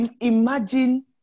imagine